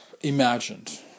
imagined